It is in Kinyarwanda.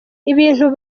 ibintu